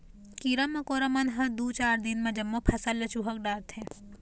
कीरा मकोरा मन ह दूए चार दिन म जम्मो फसल ल चुहक डारथे